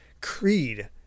creed